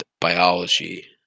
biology